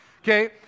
Okay